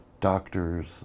doctors